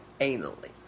anally